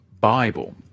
Bible